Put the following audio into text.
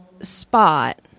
spot